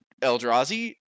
Eldrazi